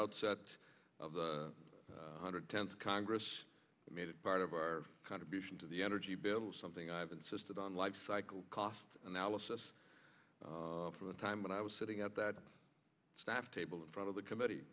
outset of the hundred tenth congress made it part of our contribution to the energy bill something i've insisted on lifecycle cost analysis from the time when i was sitting at that staff table in front of the com